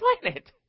planet